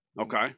Okay